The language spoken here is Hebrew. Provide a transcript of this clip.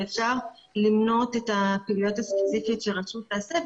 ואפשר למנות את הפעילויות הספציפיות שרשות תעשה,